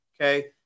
Okay